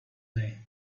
day